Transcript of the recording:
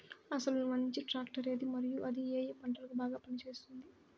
అసలు మంచి ట్రాక్టర్ ఏది మరియు అది ఏ ఏ పంటలకు బాగా పని చేస్తుంది?